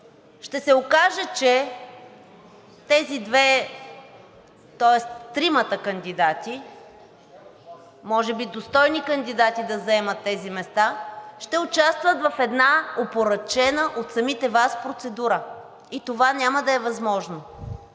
ще се окаже, че тези две, тоест тримата кандидати – може би достойни кандидати да заемат тези места, ще участват в една опорочена от самите Вас процедура и това няма да е възможно.